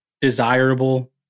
desirable